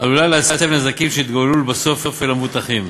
עלול להסב נזקים שיתגוללו לבסוף אל המבוטחים.